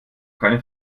keine